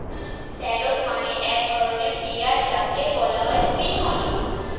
shallot মানে এক ধরনের পেঁয়াজ যাকে বলা হয় স্প্রিং অনিয়ন